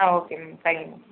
ah ma'am okay thank you ma'am